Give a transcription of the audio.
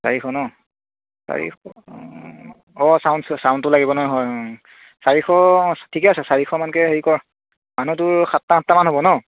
চাৰিশ ন চাৰিশ অঁ চাউণ্ড চাউণ্ডটো লাগিব নহয় হয় চাৰিশ অঁ ঠিকে আছে চাৰিশমানকৈ হেৰি কৰ মানুহ তোৰ সাতটা আঠটামান হ'ব ন